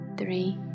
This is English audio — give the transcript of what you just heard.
three